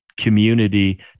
community